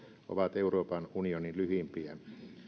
ovat euroopan unionin lyhimpiä